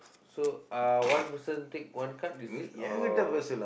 so uh one person take one card is it or